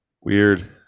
Weird